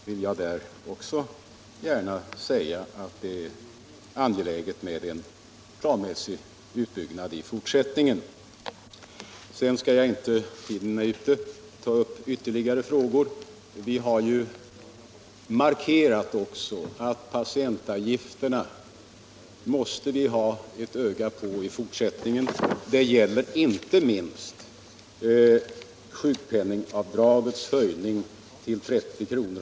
Vi har markerat att vi i fortsättningen måste ha en skärpt uppmärksamhet vad gäller patientavgifterna. Detta gäller inte minst sjukpenningavdragets höjning till 30 kr.